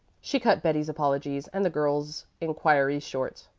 she cut betty's apologies and the girls' inquiries short.